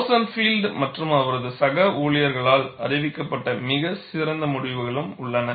Rosenfeld மற்றும் அவரது சக ஊழியர்களால் அறிவிக்கப்பட்ட மிகச் சிறந்த முடிவுகளும் உள்ளன